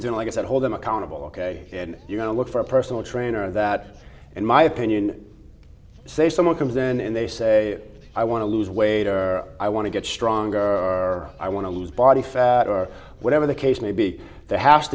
know like i said hold them accountable ok you know look for a personal trainer that in my opinion say someone comes in and they say i want to lose weight or i want to get stronger or i want to lose body fat or whatever the case may be there has